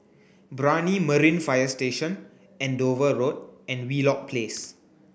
Brani Marine Fire Station Andover Road and Wheelock Place